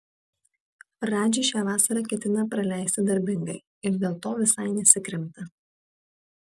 radži šią vasarą ketina praleisti darbingai ir dėl to visai nesikremta